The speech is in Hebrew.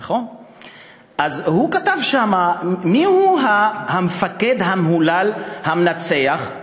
הוא כתב שם: מי הוא המפקד המהולל המנצח?